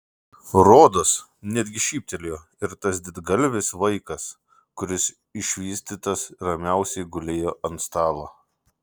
rodos netgi šyptelėjo ir tas didgalvis vaikas kuris išvystytas ramiausiai gulėjo ant stalo